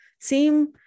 seem